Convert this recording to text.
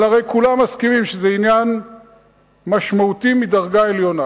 אבל הרי כולם מסכימים שזה עניין משמעותי מדרגה עליונה,